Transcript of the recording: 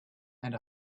and